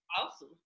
Awesome